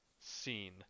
scene